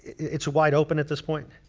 it's wide open at this point.